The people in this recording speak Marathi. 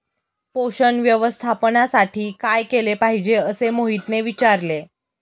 पोषण व्यवस्थापनासाठी काय केले पाहिजे असे मोहितने विचारले?